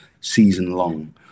season-long